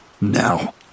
now